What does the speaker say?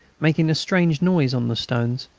making a strange noise on the stones.